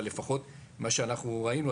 אבל לפחות מה שאנחנו ראינו,